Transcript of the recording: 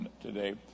today